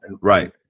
Right